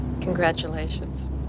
Congratulations